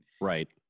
Right